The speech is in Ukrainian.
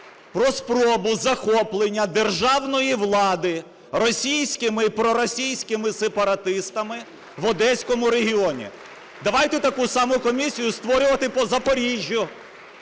про спробу захоплення державної влади російськими і проросійськими сепаратистами в Одеському регіоні. Давайте таку саму комісію створювати по Запоріжжю.